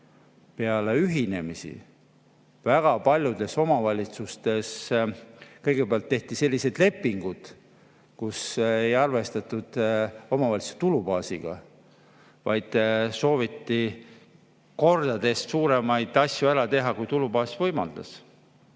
ühinemisi väga paljudes omavalitsustes kõigepealt tehti sellised lepingud, kus ei arvestatud omavalitsuste tulubaasiga, vaid sooviti kordades suuremaid asju ära teha, kui tulubaas võimaldas.